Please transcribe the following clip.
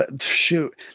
Shoot